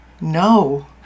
no